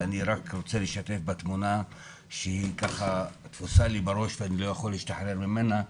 אני רוצה לשתף בתמונה שהיא בראשי ואני לא יכול להשתחרר ממנה,